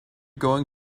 going